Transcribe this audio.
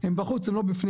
הן בחוץ הן לא בפנים,